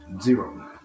Zero